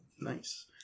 Nice